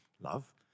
Love